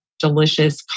delicious